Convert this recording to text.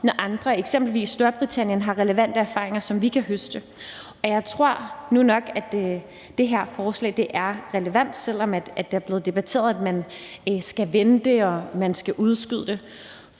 når andre, eksempelvis Storbritannien, har relevante erfaringer, som vi kan høste. Jeg tror nu nok, at det her forslag er relevant, selv om det er blevet debatteret, om man skal vente og udskyde det.